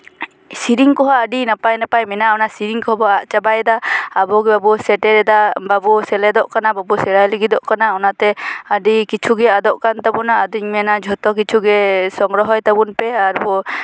ᱥᱮᱨᱮᱧ ᱠᱚᱦᱚᱸ ᱟᱹᱰᱤ ᱱᱟᱯᱟᱭ ᱱᱟᱯᱟᱭ ᱢᱮᱱᱟᱜᱼᱟ ᱥᱮᱨᱮᱧ ᱠᱚᱵᱚ ᱟᱫ ᱪᱟᱵᱟᱭᱮᱫᱟ ᱟᱵᱚ ᱜᱮ ᱵᱟᱵᱚ ᱥᱮᱴᱮᱨᱮᱫᱟ ᱵᱟᱵᱚ ᱥᱮᱞᱮᱫᱚᱜ ᱠᱟᱱᱟ ᱵᱟᱵᱚ ᱥᱮᱲᱟᱭ ᱞᱟᱹᱜᱤᱫᱚᱜ ᱠᱟᱱᱟ ᱚᱱᱟᱛᱮ ᱟᱹᱰᱤ ᱠᱤᱪᱷᱩ ᱜᱮ ᱟᱫᱚᱜ ᱠᱟᱱ ᱛᱟᱵᱚᱱᱟ ᱟᱫᱚᱧ ᱢᱮᱱᱟ ᱡᱷᱚᱛᱚ ᱠᱤᱪᱷᱩ ᱜᱮ ᱥᱚᱝᱜᱨᱚᱦᱚᱭ ᱛᱟᱵᱚᱱ ᱯᱮ ᱟᱨ ᱵᱚ